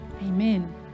amen